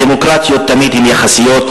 הדמוקרטיות תמיד הן יחסיות,